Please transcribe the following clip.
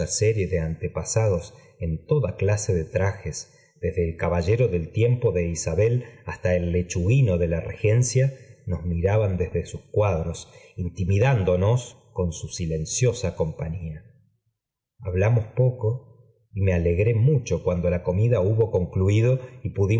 serie de antepasados en toda ciase de trajes desde el caballero del tiempo de isabel hasta el lechuguino de la regencia nos miraban desde sus cuadros intimidándonos con su silenciosa compañía hablamos poco y me alegró i mucho cuando la comida hubo concluido y